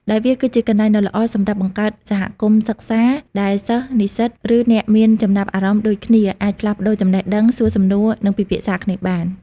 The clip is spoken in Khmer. ដោយវាគឺជាកន្លែងដ៏ល្អសម្រាប់បង្កើតសហគមន៍សិក្សា ដែលសិស្ស និស្សិត ឬអ្នកមានចំណាប់អារម្មណ៍ដូចគ្នាអាចផ្លាស់ប្តូរចំណេះដឹង សួរសំណួរ និងពិភាក្សាគ្នាបាន។